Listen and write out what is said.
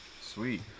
Sweet